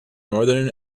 northern